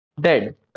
dead